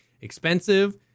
expensive